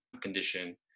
condition